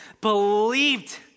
believed